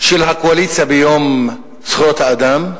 של הקואליציה ביום זכויות האדם,